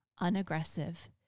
unaggressive